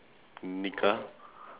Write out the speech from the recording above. nikah